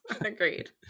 agreed